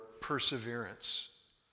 perseverance